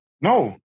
No